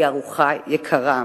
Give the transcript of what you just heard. היא ארוחה יקרה.